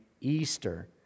Easter